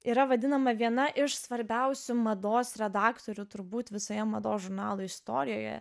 yra vadinama viena iš svarbiausių mados redaktorių turbūt visoje mados žurnalo istorijoje